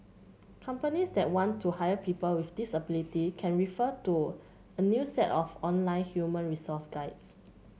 companies that want to hire people with disability can refer to a new set of online human resource guides